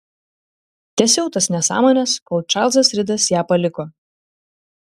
tęsiau tas nesąmones kol čarlzas ridas ją paliko